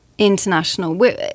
international